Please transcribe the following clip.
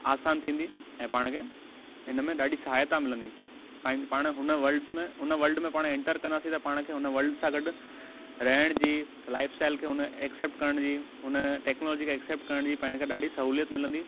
आसान थींदी ऐं पाण खे इन में ॾाढी सहायता मिलंदी पाण हुन वर्ल्डस में हुन वर्ल्ड में पाण एंटर कंदासीं त पाण खे हुन वर्ल्ड सां गॾु रहण जी लाईफस्टाइल खे हुन एक्सेपट करण जी हुन टेक्नोलॉजीअ खे एक्सेपट करण जी पाण खे ॾाढी सहुलियत मिलंदी